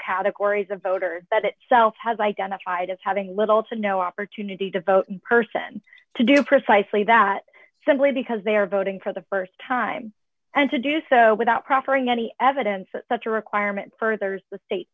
categories of voters that itself has identified as having little to no opportunity to vote in person to do precisely that simply because they are voting for the st time and to do so without proffering any evidence that such a requirement furthers the state